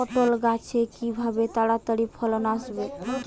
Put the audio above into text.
পটল গাছে কিভাবে তাড়াতাড়ি ফলন আসবে?